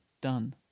done